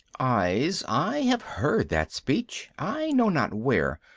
eyes, i have heard that speech, i know not where.